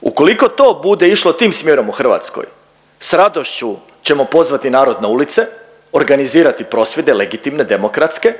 Ukoliko to bude išlo tim smjerom u Hrvatskoj s radošću ćemo pozvati narod na ulice, organizirati prosvjede legitimne demokratske,